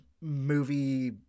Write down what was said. movie